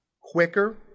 quicker